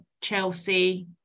Chelsea